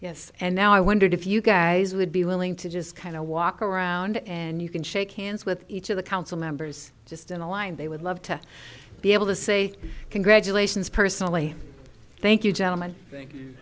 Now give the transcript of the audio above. yes and i wondered if you guys would be willing to just kind of walk around and you can shake hands with each of the council members just in a line they would love to be able to say congratulations personally thank you gentleman thank you